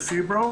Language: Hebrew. בפיברו